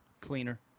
cleaner